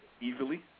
easily